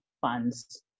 funds